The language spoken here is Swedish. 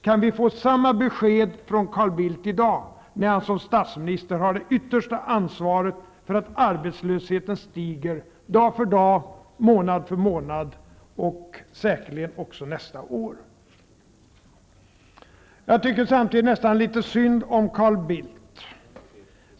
Kan vi få samma besked från Carl Bildt i dag, när han som statsminister har det yttersta ansvaret för att arbetslösheten stiger dag för dag, månad för månad och säkerligen också under nästa år? Jag tycker samtidigt nästan litet synd om Carl Bildt.